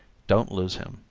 don't lose him.